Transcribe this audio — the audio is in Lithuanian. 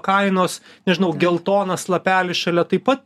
kainos nežinau geltonas lapelis šalia taip pat